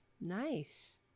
nice